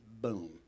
boom